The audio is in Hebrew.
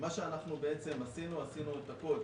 מה שאנחנו בעצם עשינו, עשינו את הכול,